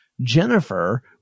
Jennifer